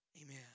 Amen